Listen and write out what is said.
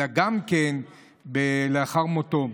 אלא גם לאחר מותו.